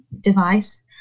device